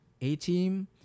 A-Team